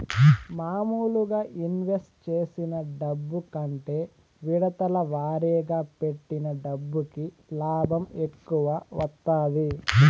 మాములుగా ఇన్వెస్ట్ చేసిన డబ్బు కంటే విడతల వారీగా పెట్టిన డబ్బుకి లాభం ఎక్కువ వత్తాది